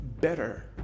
better